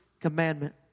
commandment